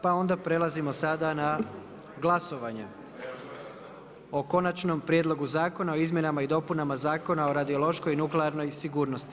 Pa onda prelazimo sada na glasovanje o Konačnom prijedlogu Zakona o izmjenama i dopunama Zakona o radiološkoj i nuklearnoj sigurnosti.